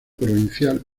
provincial